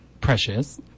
Precious